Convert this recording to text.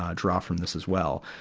ah draw from this as well.